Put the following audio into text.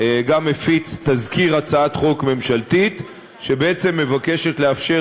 גם הפיץ תזכיר הצעת חוק ממשלתית שמבקשת לאפשר